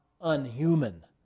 unhuman